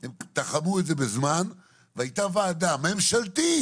הם תחמו את זה בזמן, הייתה ועדה ממשלתית